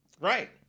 Right